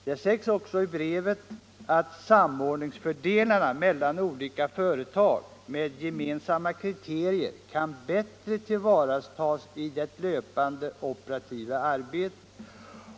Det sägs också i brevet, att samordningsfördelarna mellan olika företag med gemensamma kriterier kan bättre tillvaratas i det löpande, operativa arbetet.